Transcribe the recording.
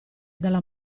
dalla